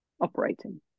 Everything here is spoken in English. operating